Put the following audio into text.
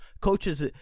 Coaches